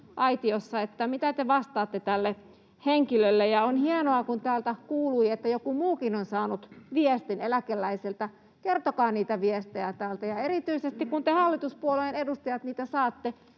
mitä te vastaatte tälle henkilölle? On hienoa, kun täältä kuului, että joku muukin on saanut viestin eläkeläiseltä. Kertokaa niitä viestejä täällä, ja erityisesti kun te hallituspuolueen edustajat niitä saatte,